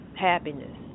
happiness